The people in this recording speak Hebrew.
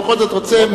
אני בכל זאת רוצה,